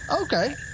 Okay